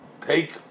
take